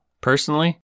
personally